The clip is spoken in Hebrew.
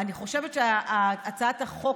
אני חושבת שהצעת החוק,